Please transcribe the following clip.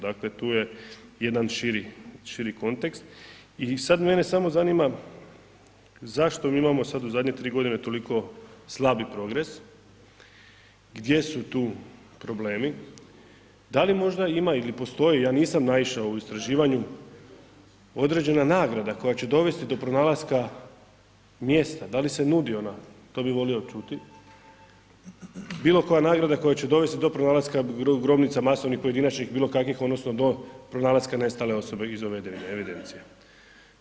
Dakle, tu je jedan širi, širi kontekst i sad mene samo zanima zašto imamo sad u zadnje tri godine toliko slabi progres, gdje su tu problemi, da li možda ima ili postoji, ja nisam naišao u istraživanju određena nagrada koja će dovesti do pronalaska mjesta, da li se nudi ona, to bi volio čuti, bilo koja nagrada koja će dovesti do pronalaska grobnica masovnih, pojedinačnih, bilo kakvih odnosno do pronalaska nestale osobe iz ove evidencije.